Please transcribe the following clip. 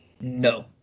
No